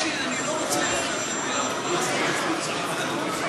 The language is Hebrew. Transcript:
ההצעה להעביר את הצעת חוק התקנים (תיקון,